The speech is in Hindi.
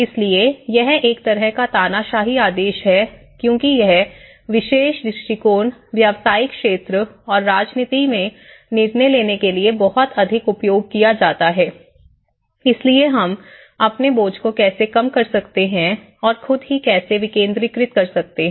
इसलिए यह एक तरह का तानाशाही आदेश है क्योंकि यह विशेष दृष्टिकोण व्यावसायिक क्षेत्र और राजनीति में निर्णय लेने के लिए बहुत अधिक उपयोग किया जाता है इसलिए हम अपने बोझ को कैसे कम कर सकते हैं और खुद ही कैसे विकेंद्रीकृत कर सकते हैं